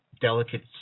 delicate